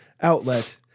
outlet